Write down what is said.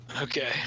Okay